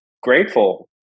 grateful